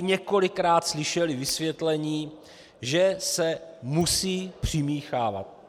Několikrát jsme tu slyšeli vysvětlení, že se musí přimíchávat.